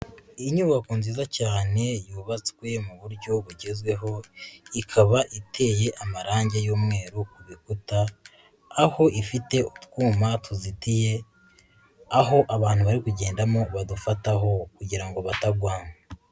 Inyubako nziza cyane yubatswe mu buryo bugezweho ikaba iteye amarange y'umweru ku bikuta, aho ifite ubwuma tuzitiye aho abantu bari kugendamo badufataho kugira ngo batagwa.